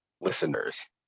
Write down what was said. listeners